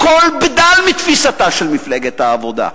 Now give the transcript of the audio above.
כל בדל מתפיסתה של מפלגת העבודה,